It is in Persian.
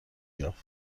یافت